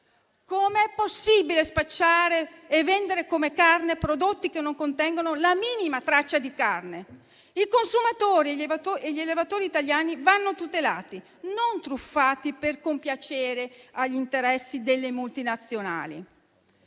Com'è possibile spacciare e vendere come carne prodotti che non contengono la minima traccia di carne? I consumatori e gli allevatori italiani vanno tutelati, non truffati per compiacere gli interessi delle multinazionali.